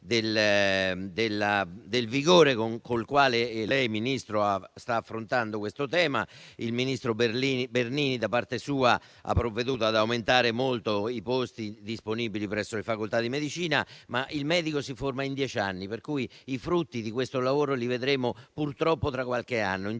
del vigore con il quale il Ministro sta affrontando il tema. Il ministro Bernini, da parte sua, ha provveduto ad aumentare molto i posti disponibili presso le facoltà di medicina. Ma il medico si forma in dieci anni, per cui i frutti di questo lavoro li vedremo, purtroppo, tra qualche anno.